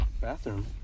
bathroom